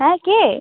হ্যাঁ কে